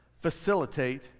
facilitate